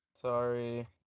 Sorry